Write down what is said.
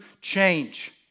change